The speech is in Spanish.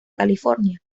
california